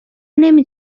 نمی